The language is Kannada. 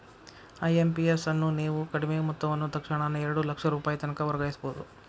ಐ.ಎಂ.ಪಿ.ಎಸ್ ಅನ್ನು ನೇವು ಕಡಿಮಿ ಮೊತ್ತವನ್ನ ತಕ್ಷಣಾನ ಎರಡು ಲಕ್ಷ ರೂಪಾಯಿತನಕ ವರ್ಗಾಯಿಸ್ಬಹುದು